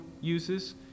uses